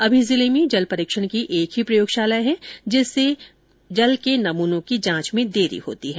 अभी जिले में जल परीक्षण की एक ही प्रयोगशाला है जिससे जल नमूनों की जांच में देरी होती है